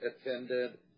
attended